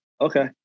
Okay